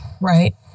right